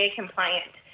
compliant